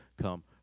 come